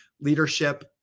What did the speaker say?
leadership